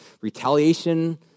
retaliation